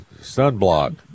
sunblock